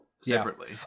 separately